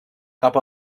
cap